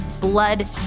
blood